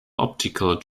optical